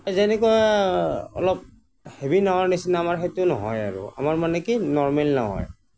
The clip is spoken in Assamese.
যেনেকুৱা অলপ হেভি নাৱৰ নিচিনা আমাৰটো নহয় আৰু আমাৰ মানে কি নৰমেল নাওঁ হয়